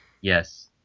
Yes